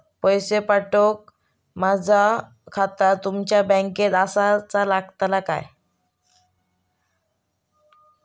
पैसे पाठुक माझा खाता तुमच्या बँकेत आसाचा लागताला काय?